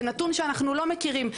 זה נתון שאנחנו לא מכירים.